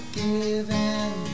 giving